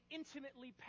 intimately